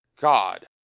God